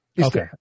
Okay